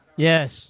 Yes